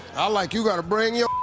i like, you gotta brain yo?